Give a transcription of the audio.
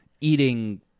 eating